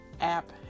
app